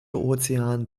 ozean